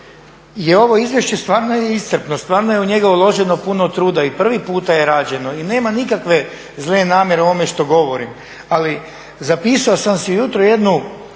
je ovo izvješće stvarno je iscrpno, stvarno je u njega uloženo puno truda i prvi puta je rađeno i nema nikakve zle namjere u ovome što govorim. Ali zapisao sam si ujutro jednu